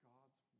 God's